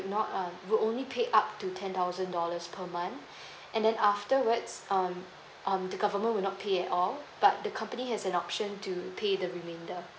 not um will only pay up to ten thousand dollars per month and then afterwards um um the government will not pay at all but the company has an option to pay the remainder